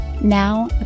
Now